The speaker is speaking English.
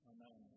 Amen